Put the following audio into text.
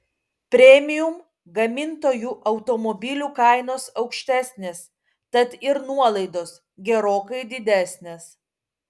premium gamintojų automobilių kainos aukštesnės tad ir nuolaidos gerokai didesnės